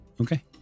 Okay